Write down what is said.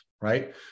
right